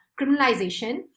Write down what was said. criminalization